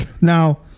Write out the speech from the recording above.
Now